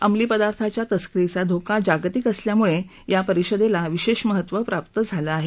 अंमली पदार्थांच्या तस्करीचा धोका जागतिक असल्यामुळे या परिषदेला विशेष महत्त्व प्राप्त झालं आहे